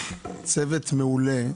צוות מעולה,